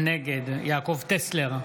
נגד יעקב טסלר,